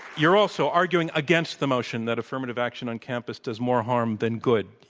you're also arguing against the motion that affirmative action on campus does more harm than good.